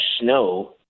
snow